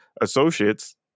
associates